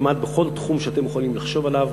כמעט בכל תחום שאתם יכולים לחשוב עליו,